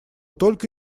только